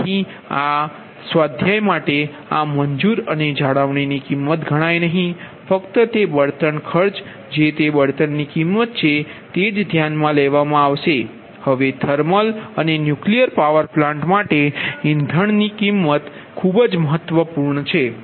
તેથી બળતણ ખર્ચ મહત્વપૂર્ણ છે